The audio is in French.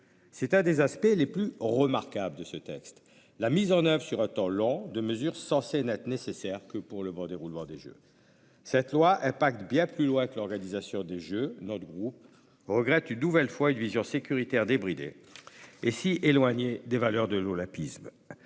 C'est l'un de ses aspects les plus remarquables : la mise en oeuvre, sur le temps long, de mesures censées n'être nécessaires qu'au bon déroulement des Jeux. Cette loi va au-delà de l'organisation des JO de Paris. Notre groupe regrette une nouvelle fois une vision sécuritaire débridée et si éloignée des valeurs de l'olympisme.